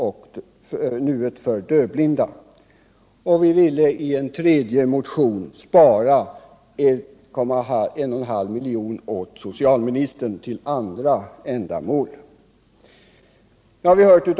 I en tredje motion vill vi spara 1,5 miljoner åt socialministern till andra ändamål.